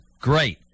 Great